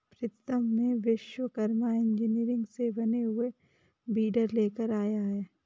प्रीतम ने विश्वकर्मा इंजीनियरिंग से बने हुए वीडर लेकर आया है